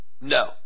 No